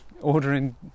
ordering